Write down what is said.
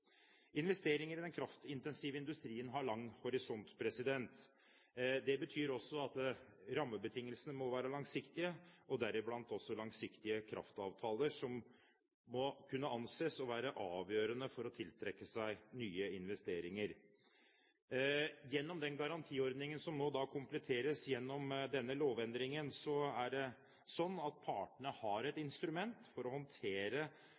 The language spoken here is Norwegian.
investeringer. Investeringer i den kraftintensive industrien har lang horisont. Det betyr at også rammebetingelsene må være langsiktige og også kraftavtalene, noe som må kunne anses å være avgjørende for å tiltrekke seg nye investeringer. Gjennom den garantiordningen som nå kompletteres gjennom denne lovendringen, har partene et instrument for å håndtere